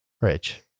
Rich